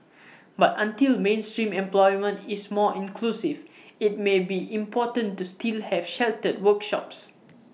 but until mainstream employment is more inclusive IT may be important to still have sheltered workshops